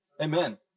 Amen